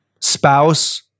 spouse